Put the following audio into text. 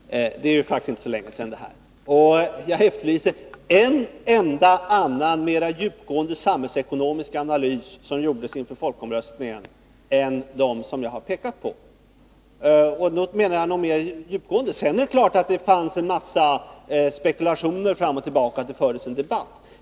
Fru talman! Det här är faktiskt inte så länge sedan. Jag efterlyser en annan, mera djupgående samhällsekonomisk analys som gjordes inför folkomröstningen än den som jag har pekat på. Det är klart att det gjordes en massa spekulationer fram och tillbaka och fördes en debatt.